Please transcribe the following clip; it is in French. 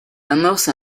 amorce